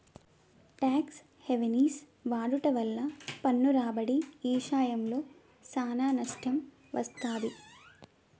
talks havens వాడుట వల్ల పన్ను రాబడి ఇశయంలో సానా నష్టం వత్తది